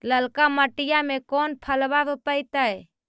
ललका मटीया मे कोन फलबा रोपयतय?